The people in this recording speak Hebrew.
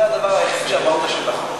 זה הדבר היחיד שאמרת שהוא נכון.